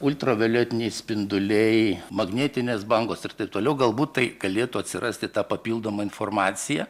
ultravioletiniai spinduliai magnetinės bangos ir taip toliau galbūt tai galėtų atsirasti ta papildoma informacija